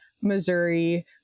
Missouri